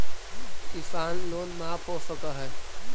किसान लोन माफ हो सक है?